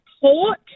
port